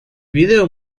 vídeo